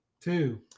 two